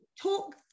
Talk